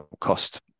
cost